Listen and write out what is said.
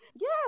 yes